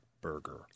burger